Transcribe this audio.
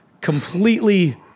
completely